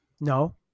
No